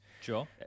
Sure